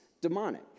demonic